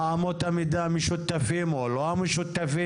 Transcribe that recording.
מה אמות המידה המשותפים או לא המשותפים.